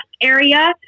area